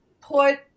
put